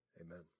Amen